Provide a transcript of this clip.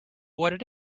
what